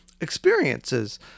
experiences